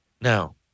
Now